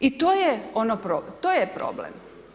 I to je problem.